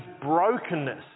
brokenness